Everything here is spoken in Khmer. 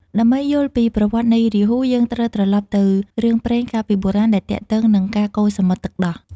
ដើម្បីយល់ពីប្រវត្តិនៃរាហូ យើងត្រូវត្រឡប់ទៅរឿងព្រេងកាលពីបុរាណដែលទាក់ទងនឹងការកូរសមុទ្រទឹកដោះ។